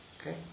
Okay